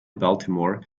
baltimore